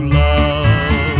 love